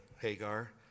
Hagar